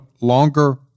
longer